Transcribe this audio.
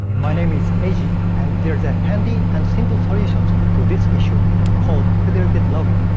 my name is eiji, and there's a handy and simple solution to this issue called federated login.